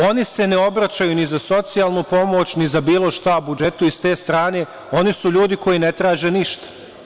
Oni se ne obraćaju ni za socijalnu pomoć, ni za bilo šta budžetu i sa te strane, oni su ljudi koji ne traže ništa.